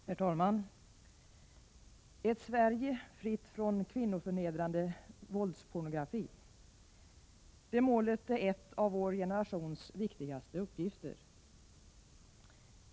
Herr talman! Ett Sverige fritt från kvinnoförnedrande våldspornografi — det målet är en av vår generations viktigaste uppgifter.